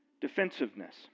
Defensiveness